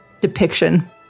depiction